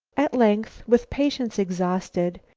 at length, with patience exhausted,